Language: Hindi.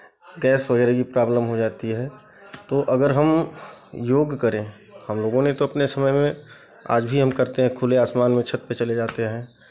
गैस वगैरह की प्रॉब्लेम हो जाती है तो अगर हम योग करें हमलोगों ने तो अपने समय में आज भी हम करते हैं खुले आसमान में छत पे चले जाते हैं